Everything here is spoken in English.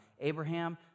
Abraham